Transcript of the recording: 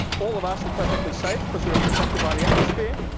all of us were perfectly safe because we were protected by the atmosphere,